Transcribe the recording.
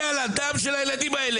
תרכבי על הדם של הילדים האלה.